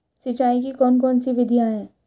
सिंचाई की कौन कौन सी विधियां हैं?